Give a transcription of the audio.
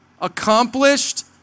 accomplished